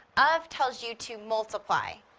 of tells you to multiply.